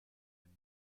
dame